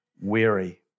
weary